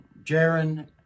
Jaron